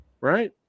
right